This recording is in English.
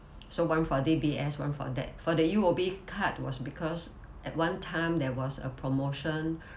so one for D_B_S one for that for the U_O_B card was because at one time there was a promotion